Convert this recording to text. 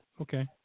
Okay